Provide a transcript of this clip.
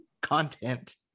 content